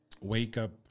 wake-up